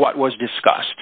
of what was discussed